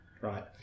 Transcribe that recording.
right